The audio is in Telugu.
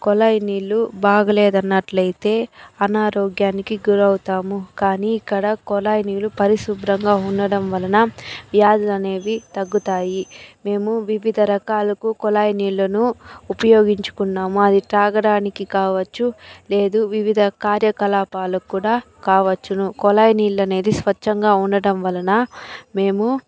కొళాయి నీళ్ళు బాగాలేదు అన్నట్లు అయితే అనారోగ్యానికి గురవుతాము కానీ ఇక్కడ కొళాయి నీళ్ళు పరిశుభ్రంగా ఉండడం వలన వ్యాధులు అనేవి తగ్గుతాయి మేము వివిధ రకాలపు కొళాయి నీళ్ళను ఉపయోగించుకున్నాము అది తాగడానికి కావచ్చు లేద వివిధ కార్యకలాపాలకు కూడా కావచ్చును కొళాయి నీళ్ళు అనేది స్వచ్ఛంగా ఉండటం వలన మేము